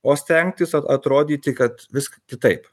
o stengtis a atrodyti kad viskas kitaip